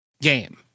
game